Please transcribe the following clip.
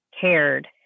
cared